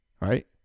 right